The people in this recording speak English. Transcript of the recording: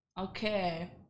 Okay